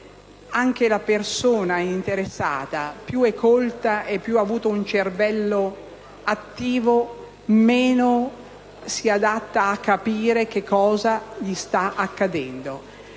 Anche la persona interessata, più è colta e più ha avuto un cervello attivo, meno si adatta a capire che cosa le sta accadendo.